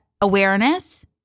awareness